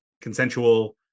consensual